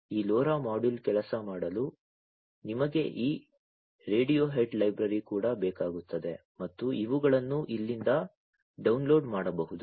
ಈ LoRa module ಕೆಲಸ ಮಾಡಲು ನಿಮಗೆ ಈ ರೇಡಿಯೊಹೆಡ್ ಲೈಬ್ರರಿ ಕೂಡ ಬೇಕಾಗುತ್ತದೆ ಮತ್ತು ಇವುಗಳನ್ನು ಇಲ್ಲಿಂದ ಡೌನ್ಲೋಡ್ ಮಾಡಬಹುದು